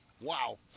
Wow